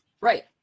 Right